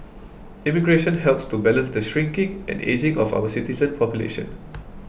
immigration helps to balance the shrinking and ageing of our citizen population